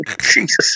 Jesus